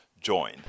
join